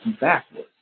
backwards